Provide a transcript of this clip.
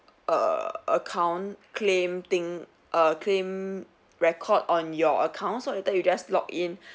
err account claim thing err claim record on your account so later you just log in